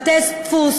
בתי-דפוס,